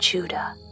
Judah